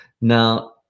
Now